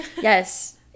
Yes